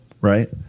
right